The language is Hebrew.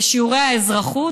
בשיעורי האזרחות,